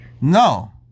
No